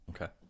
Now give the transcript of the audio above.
Okay